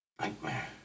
nightmare